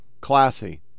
Classy